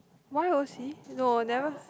Y_O_C no never